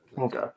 Okay